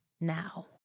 now